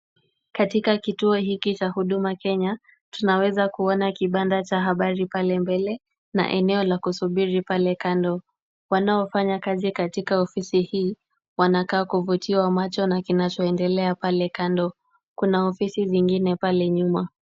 Katika kituo hiki cha Huduma Kenya tunaweza kuona kibanda cha habari pale mbele na eneo la kusubiri pale kando. Wanaofanya kazi katika ofisi hii wanakaa kuvutiwa macho na kinachoendelea pale kando, kuna ofisi zingine pale nyuma.